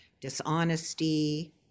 dishonesty